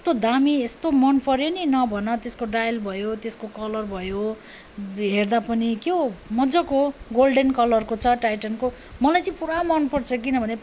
यस्तो दामी यस्तो मनपर्यो नि नभन त्यसको डायल भयो त्यसको कलर भयो हेर्दा पनि के हो मजाको गोल्डेन कलरको छ टाइटानको मलाई चाहिँ पुरा मनपर्छ किनभने